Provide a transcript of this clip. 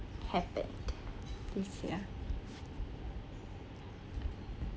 happened this year